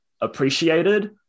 appreciated